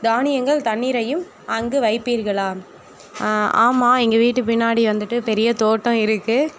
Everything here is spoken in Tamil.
தானியங்கள் தண்ணீரையும் அங்கு வைப்பீர்களா ஆமாம் எங்கள் வீட்டு பின்னாடி வந்துட்டு பெரிய தோட்டம் இருக்குது